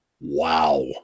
Wow